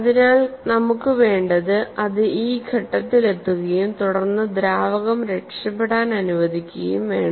അതിനാൽ നമുക്ക് വേണ്ടത് അത് ഈ ഘട്ടത്തിലെത്തുകയും തുടർന്ന് ദ്രാവകം രക്ഷപ്പെടാൻ അനുവദിക്കുകയും വേണം